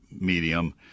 medium